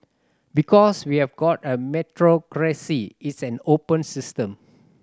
because we have got a meritocracy it's an open system